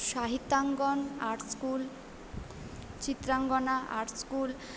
Sahityangan art school Chitrangana art school